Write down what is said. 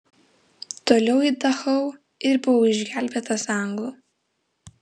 toliau į dachau ir buvo išgelbėtas anglų